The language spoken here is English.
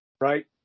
right